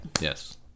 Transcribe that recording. Yes